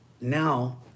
Now